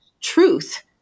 truth